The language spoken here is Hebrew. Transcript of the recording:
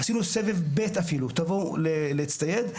עשינו סבב ב' אפילו, תבואו להצטייד.